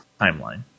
timeline